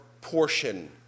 portion